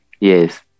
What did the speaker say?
Yes